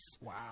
Wow